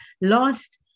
lost